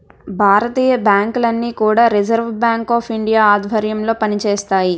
భారతీయ బ్యాంకులన్నీ కూడా reserve bank of India ఆధ్వర్యంలో పనిచేస్తాయి